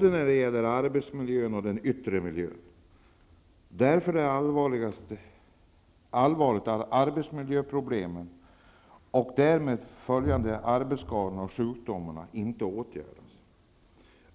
när det gäller arbetsmiljön och den yttre miljön. Därför är det allvarligt att arbetsmiljöproblemen och därmed följande arbetsskador och sjukdomar inte åtgärdas.